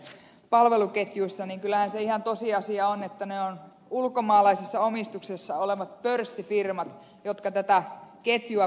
kyllähän se ihan tosiasia on että ne ovat ulkomaalaisessa omistuksessa olevat pörssifirmat jotka tätä ketjua pyörittävät